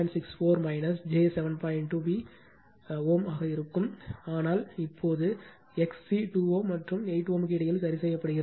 2 be ஆக இருக்கும் ஆனால் இப்போது XC 2 Ω மற்றும் 8 க்கு இடையில் சரிசெய்யப்படுகிறது